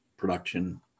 production